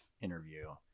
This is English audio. interview